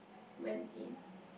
went in